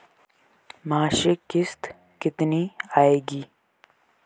मासिक किश्त कितनी आएगी?